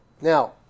Now